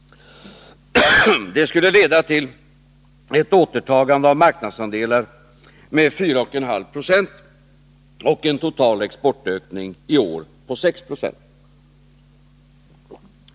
Det skulle leda till ett återtagande av marknadsandelar med 4,5 90 och en total exportökning i år på 6 96.